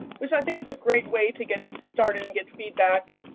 which i think it's a great way to get started and get feedback.